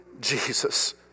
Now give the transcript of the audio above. Jesus